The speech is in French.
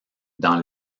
dans